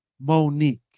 monique